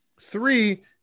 Three